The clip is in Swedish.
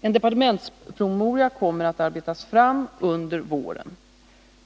En departementspromemoria kommer att arbetas fram under våren.